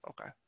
okay